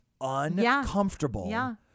uncomfortable